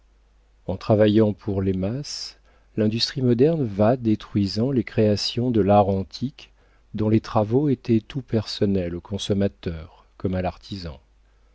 en travaillant pour les masses l'industrie moderne va détruisant les créations de l'art antique dont les travaux étaient tout personnels au consommateur comme à l'artisan